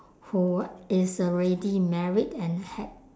who is already married and had